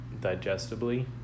digestibly